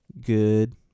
good